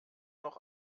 noch